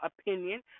opinion